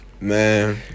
Man